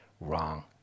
wrong